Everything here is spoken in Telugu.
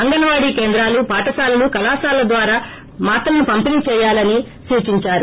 అంగన్వాడి కేంద్రాలు పాఠశాలలు కళాశాలల ద్వారా మాత్రలను పంపిణి చేయాలని సూచించారు